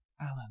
Alan